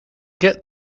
get